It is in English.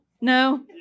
No